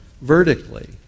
vertically